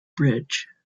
bridge